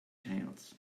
tales